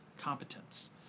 competence